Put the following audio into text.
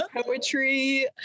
poetry